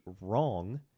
wrong